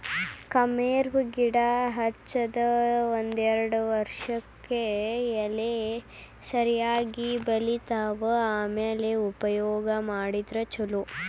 ಕರ್ಮೇವ್ ಗಿಡಾ ಹಚ್ಚದ ಒಂದ್ಯಾರ್ಡ್ ವರ್ಷಕ್ಕೆ ಎಲಿ ಸರಿಯಾಗಿ ಬಲಿತಾವ ಆಮ್ಯಾಲ ಉಪಯೋಗ ಮಾಡಿದ್ರ ಛಲೋ